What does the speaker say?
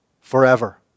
forever